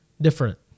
different